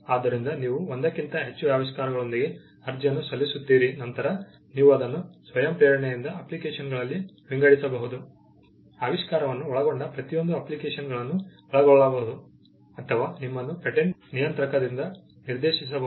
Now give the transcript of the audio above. ಆದ್ದರಿಂದ ನೀವು ಒಂದಕ್ಕಿಂತ ಹೆಚ್ಚು ಆವಿಷ್ಕಾರಗಳೊಂದಿಗೆ ಅರ್ಜಿಯನ್ನು ಸಲ್ಲಿಸುತ್ತೀರಿ ನಂತರ ನೀವು ಅದನ್ನು ಸ್ವಯಂಪ್ರೇರಣೆಯಿಂದ ಅಪ್ಲಿಕೇಶನ್ಗಳಲ್ಲಿ ವಿಂಗಡಿಸಬಹುದು ಆವಿಷ್ಕಾರವನ್ನು ಒಳಗೊಂಡ ಪ್ರತಿಯೊಂದು ಅಪ್ಲಿಕೇಶನ್ಗಳನ್ನು ಒಳಗೊಳ್ಳಬಹುದು ಅಥವಾ ನಿಮ್ಮನ್ನು ಪೇಟೆಂಟ್ ನಿಯಂತ್ರಕದಿಂದ ನಿರ್ದೇಶಿಸಬಹುದು